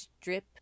drip